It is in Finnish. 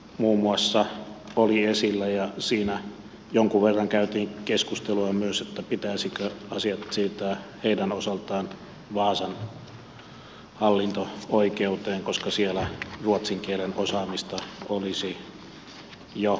muun muassa ruotsinkielisten asema oli esillä ja myös siinä jonkun verran käytiin keskustelua pitäisikö asiat siirtää heidän osaltaan vaasan hallinto oikeuteen koska siellä ruotsin kielen osaamista olisi jo etukäteen